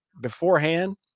beforehand